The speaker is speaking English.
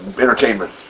entertainment